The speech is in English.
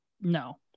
No